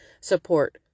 support